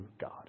God